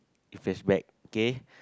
flashback K